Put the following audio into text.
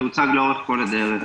זה הוצג לאורך כל הדרך.